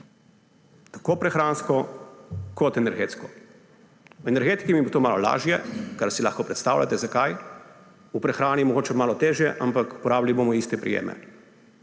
tako prehransko kot energetsko. V energetiki mi bo to malo lažje, lahko si predstavljate, zakaj, v prehrani mogoče malo težje, ampak uporabili bomo iste prijeme.